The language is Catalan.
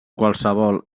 qualssevol